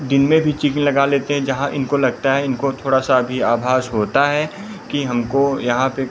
दिन में भी चिकिन लगा लेते हैं जहाँ इनको लगता है इनको थोड़ा सा अभी आभास होता है कि हमको यहाँ पर